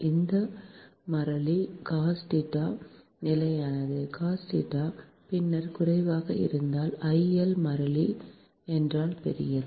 அது மாறிலி நிலையானது பின்னர் குறைவாக இருந்தால் மாறிலி என்றால் பெரியது